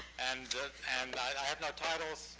and and i have no titles.